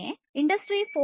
ಹೀಗೆಯೇ ಇಂಡಸ್ಟ್ರಿ 4